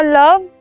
love